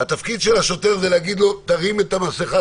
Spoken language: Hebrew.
התפקיד של השוטר זה להגיד לו: תרים את המסכה,